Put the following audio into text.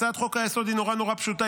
הצעת חוק-היסוד נורא נורא פשוטה,